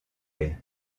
ailes